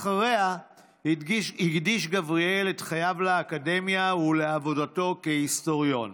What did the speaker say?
אחריה הקדיש גבריאל את חייו לאקדמיה ולעבודתו כהיסטוריון.